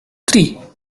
three